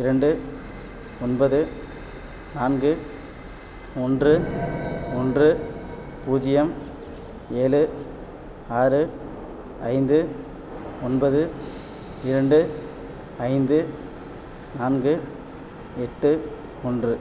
இரண்டு ஒன்பது நான்கு ஒன்று ஒன்று பூஜ்ஜியம் ஏழு ஆறு ஐந்து ஒன்பது இரண்டு ஐந்து நான்கு எட்டு ஒன்று